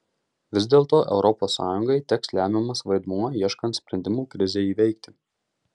vis dėlto europos sąjungai teks lemiamas vaidmuo ieškant sprendimų krizei įveikti